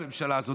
הממשלה הזאת,